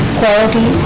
quality